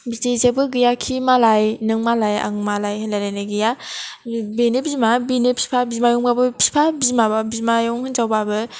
बिदि जेबो गैयाखि मालाय नों मालाय आं मालाय होनलायलायनाय गैया बेनो बिमा बेनो बिफा बिमायं बाबो बिफा बिमा बाबो बिमायं हिनजावबाबो